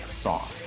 song